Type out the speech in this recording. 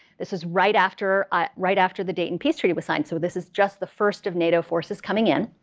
this is right after ah right after the dayton peace treaty was signed. so this is just the first of nato forces coming in.